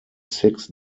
six